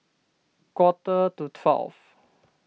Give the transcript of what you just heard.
quarter to twelve